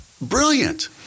Brilliant